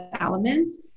elements